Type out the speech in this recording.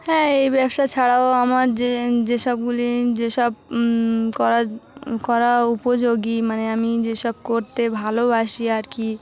হ্যাঁ এই ব্যবসা ছাড়াও আমার যে যেসবগুলি যেসব করা করা উপযোগী মানে আমি যেসব করতে ভালোবাসি আর কি